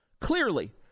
Clearly